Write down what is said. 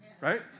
right